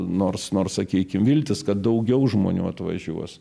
nors nors sakykim viltys kad daugiau žmonių atvažiuos